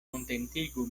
kontentigu